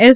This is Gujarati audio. એસ